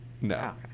No